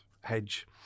hedge